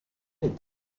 est